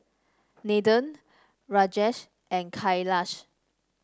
Nathan Rajesh and Kailash